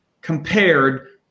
compared